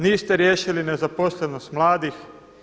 Niste riješili nezaposlenost mladih.